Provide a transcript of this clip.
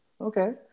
Okay